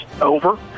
over